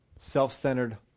self-centered